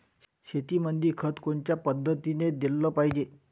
शेतीमंदी खत कोनच्या पद्धतीने देलं पाहिजे?